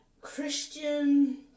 Christian